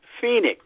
Phoenix